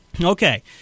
Okay